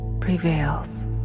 prevails